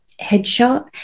headshot